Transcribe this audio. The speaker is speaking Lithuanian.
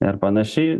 ar panašiai